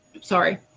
sorry